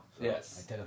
Yes